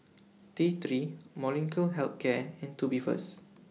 T three Molnylcke Health Care and Tubifast